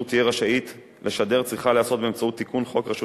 תהיה רשאית לשדר צריכה להיעשות באמצעות תיקון חוק רשות